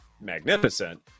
magnificent